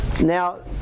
now